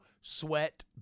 sweat